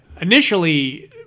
initially